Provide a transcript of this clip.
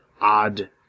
odd